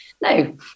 no